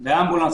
באמבולנס,